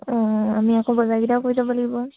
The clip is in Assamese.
অঁ আমি আকৌ বজাৰকেইটা কৰি যাব লাগিব